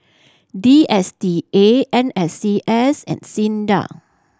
D S T A N S C S and SINDA